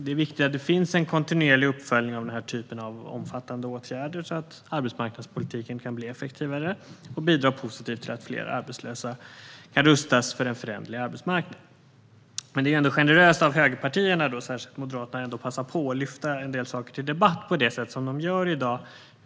Det viktiga är att det finns en kontinuerlig uppföljning av den typen av omfattande åtgärder så att arbetsmarknadspolitiken kan bli effektivare och bidra positivt till att fler arbetslösa kan rustas för en föränderlig arbetsmarknad. Det är ändå generöst av högerpartierna, särskilt Moderaterna, att passa på att lyfta upp en del saker till debatt på det sätt de gör i dag.